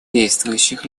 действующих